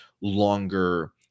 longer